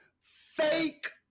fake